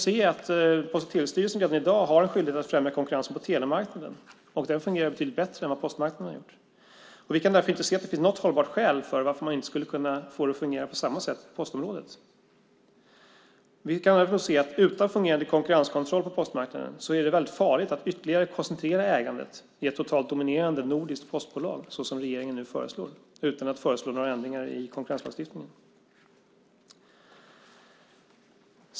Post och telestyrelsen har redan i dag en skyldighet att främja konkurrensen på telemarknaden. Den fungerar betydligt bättre än vad postmarknaden gjort. Vi kan därför inte se att det finns något hållbart skäl till att man inte skulle kunna få det att fungera på samma sätt på postområdet. Utan fungerande konkurrenskontroll på postmarknaden är det farligt att ytterligare koncentrera ägandet i ett totalt dominerande nordiskt postbolag, så som regeringen nu föreslår, utan att föreslå några ändringar i konkurrenslagstiftningen.